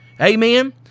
Amen